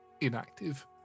inactive